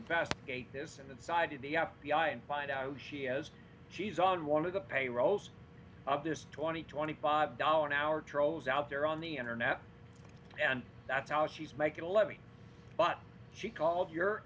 investigate this and the side of the f b i and find out who she is she's on one of the payrolls of this twenty twenty five dollars an hour trolls out there on the internet and that's how she's making a living but she called your